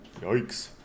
Yikes